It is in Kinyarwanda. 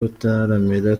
gutaramira